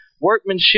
workmanship